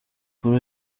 kuri